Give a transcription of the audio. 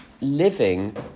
living